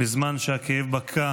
בזמן שהכאב בקע